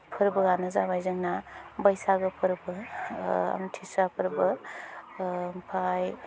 फोरबोआनो जाबाय जोंना बैसागो फोरबो आमथिसुवा फोरबो ओमफाय